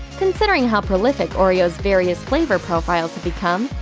considering how prolific oreos' various flavor profiles have become,